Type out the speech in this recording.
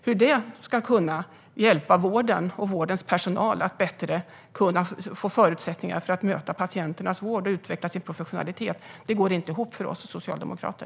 Hur detta ska kunna hjälpa vården och vårdens personal att få bättre förutsättningar för att utföra vården för patienterna och utveckla sin professionalitet går inte ihop för oss socialdemokrater.